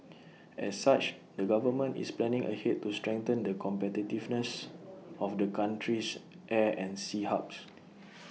as such the government is planning ahead to strengthen the competitiveness of the country's air and sea hubs